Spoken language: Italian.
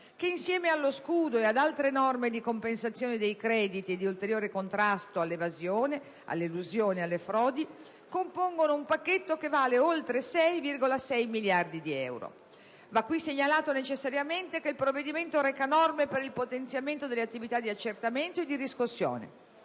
che insieme allo scudo ed altre norme di compensazione dei crediti e di ulteriore contrasto a evasione, elusione e frodi compongono un pacchetto che vale oltre 6,6 miliardi. Va qui segnalato, necessariamente, che il provvedimento reca norme per il potenziamento delle attività di accertamento e riscossione.